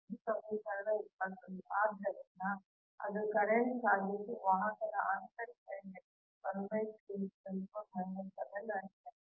ಇದು ಸಮೀಕರಣ 21 ಆದ್ದರಿಂದ ಅದು ಕರೆಂಟ್ ಸಾಗಿಸುವ ವಾಹಕದ ಆಂತರಿಕ ಇಂಡಕ್ಟನ್ಸ್ ಆಗಿದೆ